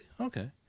okay